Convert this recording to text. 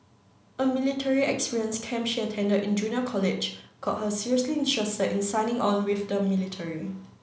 a military experience camp she attended in junior college got her seriously interested in signing on with the military